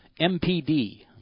MPD